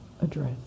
address